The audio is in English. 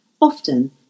Often